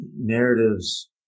narratives